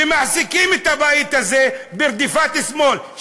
ומעסיקים את הבית הזה ברדיפת השמאל,